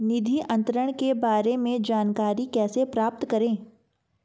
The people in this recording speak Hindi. निधि अंतरण के बारे में जानकारी कैसे प्राप्त करें?